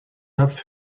have